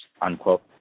unquote